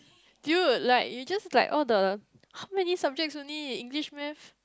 dude like you just like all the how many subjects only English math